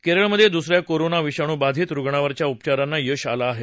केरळमधे दुसऱ्या कोरोना विषाणुबाधित रुग्णावरच्या उपचारांना यश आलं आहे